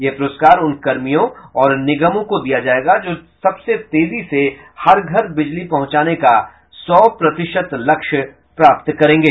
यह पुरस्कार उन कर्मियों और निगमों को दिया जायेगा जो सबसे तेजी से हर घर बिजली पहुंचाने का सौ प्रतिशत लक्ष्य प्राप्त करेंगे